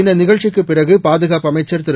இந்த நிகழ்ச்சிக்குப் பிறகு பாதுகாப்பு அமைச்சர் திரு